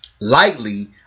lightly